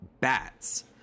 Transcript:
bats